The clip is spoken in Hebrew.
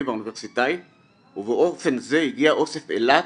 והאוניברסיטאי ובאופן זה הגיע אוסף אילת,